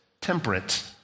Temperate